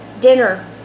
dinner